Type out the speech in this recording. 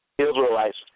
Israelites